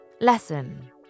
Lesson